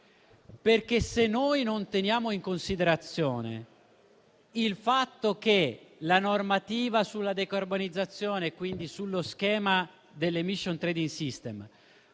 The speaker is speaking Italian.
Se noi non teniamo in considerazione il fatto che la normativa sulla decarbonizzazione, quindi sullo schema dell'Emission trading system,